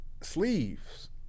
sleeves